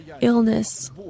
illness